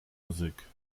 musik